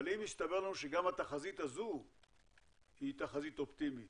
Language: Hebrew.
אבל אם יסתבר לנו שגם התחזית הזו היא תחזית אופטימית